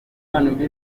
hakurya